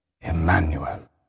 Emmanuel